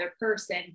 person